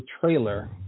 trailer